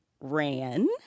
ran